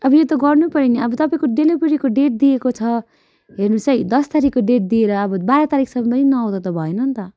अब यो त गर्नै पऱ्यो नि अब तपाईँको डेलिभेरीको डेट दिएको छ हेर्नुहोस् है दस तारिखको डेट दिएर अब बाह्र तारिखसम्मै नआउँदा त भएन नि त